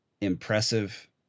impressive